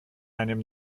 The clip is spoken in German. einem